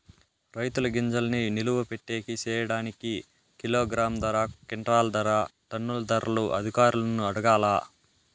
రైతుల గింజల్ని నిలువ పెట్టేకి సేయడానికి కిలోగ్రామ్ ధర, క్వింటాలు ధర, టన్నుల ధరలు అధికారులను అడగాలా?